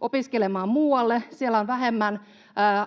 opiskelemaan muualle, siellä on vähemmän